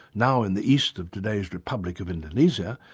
now in the east of today's republic of indonesia,